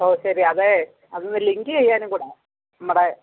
okay ശരി അതെ അതൊന്ന് ലിങ്ക് ചെയ്യാനും കൂടെയാണ് നമ്മുടെ